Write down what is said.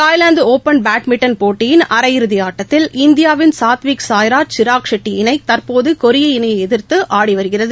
தாய்லாந்துடுப்பன் badminton போட்டியின் அரை இறுதிஆட்டத்திால் இந்தியாவின் சாத்விக் சாய்ராஜ் ஷிராக் ஷெட்டி இணைதற்போதுகொரிய இணையைஎதிர்த்து ஆடி வருகிறது